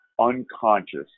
unconscious